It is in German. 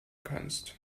kannst